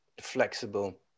flexible